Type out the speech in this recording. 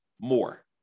more